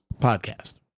podcast